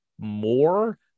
more